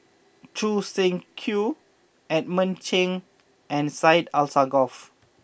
Choo Seng Quee Edmund Cheng and Syed Alsagoff